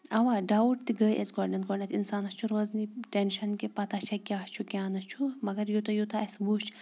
اَوا ڈاوُٹ تہِ گٔے اَسہِ گۄڈنٮ۪تھ گۄڈنٮ۪تھ اِنسانَس چھُ روزنٕے ٹٮ۪نشَن کہِ پَتہ چھا کیٛاہ چھُ کیٛاہ نہٕ چھُ مگر یوٗتاہ یوٗتاہ اَسہِ وٕچھ